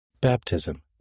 Baptism